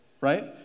right